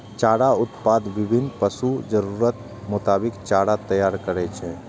चारा उत्पादक विभिन्न पशुक जरूरतक मोताबिक चारा तैयार करै छै